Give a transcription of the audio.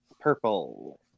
purple